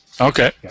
Okay